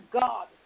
God